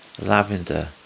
lavender